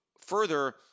further